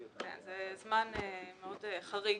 זה זמן מאוד חריג.